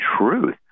truth